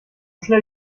schnell